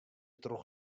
troch